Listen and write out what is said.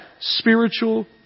spiritual